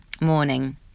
morning